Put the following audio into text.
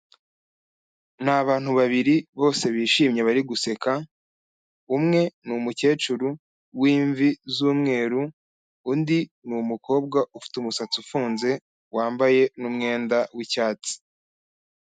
Ni abantu babiri bose bishimye bari guseka, umwe ni umukecuru w'imvi z'umweru, undi ni umukobwa ufite umusatsi ufunze wambaye n'umwenda w'icyatsi.